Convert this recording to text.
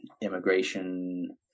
immigration